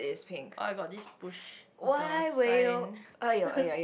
I got this push the sign